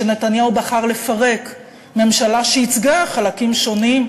כשנתניהו בחר לפרק ממשלה שייצגה חלקים שונים,